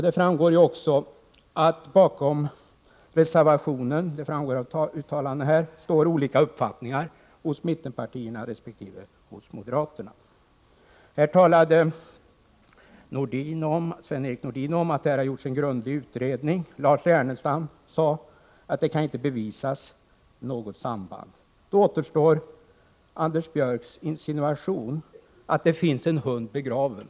Det framgår också av uttalanden här att det, trots den gemensamma reservationen, finns olika uppfattningar hos mittenpartierna resp. hos moderaterna. Sven-Erik Nordin sade att det har gjorts en grundlig utredning. Lars Ernestam menade att det inte kan bevisas något samband. Då återstår Anders Björcks insinuation att det finns en hund begraven.